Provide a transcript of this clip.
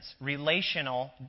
relational